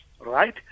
right